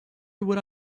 would